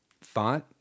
thought